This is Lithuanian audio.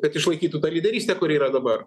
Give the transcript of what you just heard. kad išlaikytų lyderystę kuri yra dabar